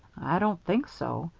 i don't think so.